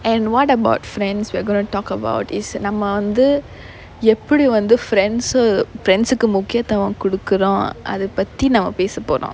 and what about friends we're going to talk about is நம்ம வந்து எப்படி வந்து:namma vanthu eppadi vanthu friend சு:su friends சுக்கு முக்கியத்துவம் குடுக்குறம் அது பத்தி நாம பேசபோறம்:sukku mukkiyathuvam kudukkuram athu pathi naama pesapporom